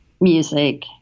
music